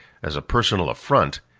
as a personal affront,